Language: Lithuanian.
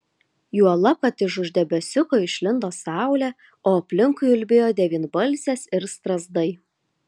juolab kad iš už debesiuko išlindo saulė o aplinkui ulbėjo devynbalsės ir strazdai